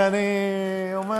ואני אומר,